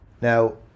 Now